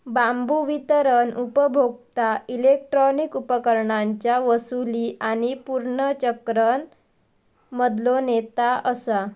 बांबू वितरण उपभोक्ता इलेक्ट्रॉनिक उपकरणांच्या वसूली आणि पुनर्चक्रण मधलो नेता असा